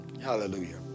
Hallelujah